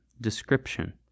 description